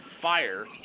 fire